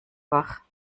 wach